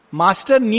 master